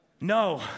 No